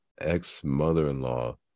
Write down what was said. ex-mother-in-law